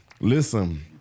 Listen